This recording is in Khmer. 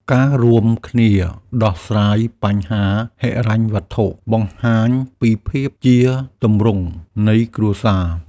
ការរួមគ្នាដោះស្រាយបញ្ហាហិរញ្ញវត្ថុបង្ហាញពីភាពជាទម្រង់នៃគ្រួសារ។